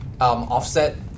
offset